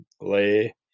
lay